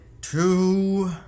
two